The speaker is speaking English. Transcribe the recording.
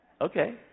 Okay